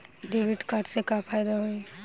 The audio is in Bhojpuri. डेबिट कार्ड से का फायदा होई?